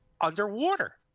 underwater